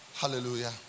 Hallelujah